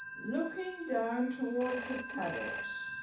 looking down towards the paddocks,